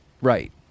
right